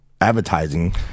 advertising